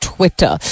Twitter